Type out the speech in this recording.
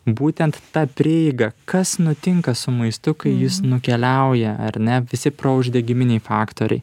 būtent ta prieiga kas nutinka su maistu kai jis nukeliauja ar ne visi prouždegiminiai faktoriai